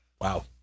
Wow